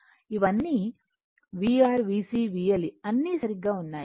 ఇవన్నీ VR VC VL అన్నీ సరిగ్గా ఉన్నాయి